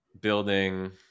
building